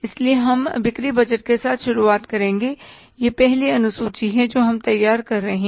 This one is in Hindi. इसलिए हम बिक्री बजट के साथ शुरुआत करेंगे यह पहली अनुसूची है जो हम तैयार कर रहे हैं